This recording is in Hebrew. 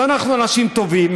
אז אנחנו אנשים טובים,